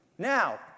Now